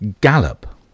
Gallop